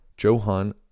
Johan